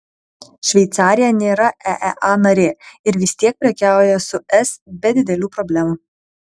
šveicarija nėra eea narė ir vis tiek prekiauja su es be didelių problemų